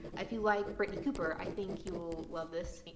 if you like britney cooper, i think you will love this.